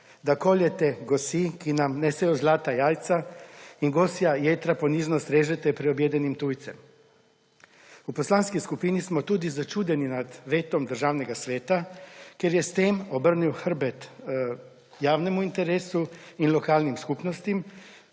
da koljete gosi, ki nam nesejo zlata jajca, in gosja jetra ponižno strežete preobjedenim tujcem? V poslanski skupini smo tudi začudeni nad vetom Državnega sveta, ker je s tem obrnil hrbet javnemu interesu in lokalnim skupnostim,